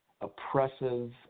oppressive